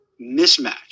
mismatch